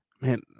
Man